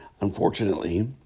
Unfortunately